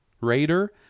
raider